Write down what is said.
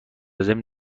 ضمن